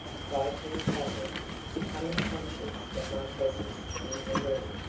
cried he, suddenly becoming conscious of my presence in the room,